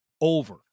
over